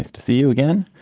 to see you again.